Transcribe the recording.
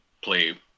play